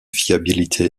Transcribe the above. fiabilité